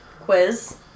Quiz